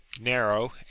narrow